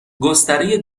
گستره